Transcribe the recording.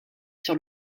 sur